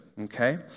Okay